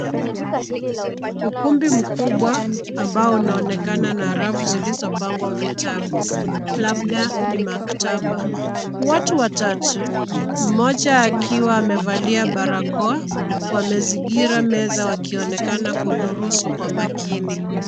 Ukumbi mkubwa ambao unaonekana na rafu zilizopangwa vitabu labda ni maktaba. Watu watatu, mmoja akiwa amevalia barakoa, wamezingira meza wakionekana kudurusu kwa makini.